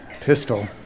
pistol